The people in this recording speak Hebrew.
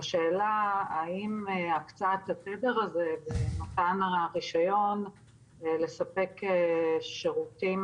השאלה האם הקצאת התדר הזה ומתן הרישיון לספק שירותים